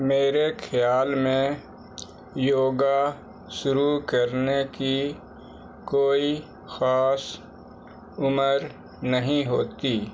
میرے خیال میں یوگا شروع کرنے کی کوئی خاص عمر نہیں ہوتی